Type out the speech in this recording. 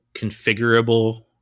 configurable